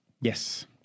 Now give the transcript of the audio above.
Yes